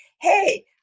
hey